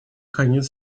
конец